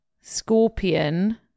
Scorpion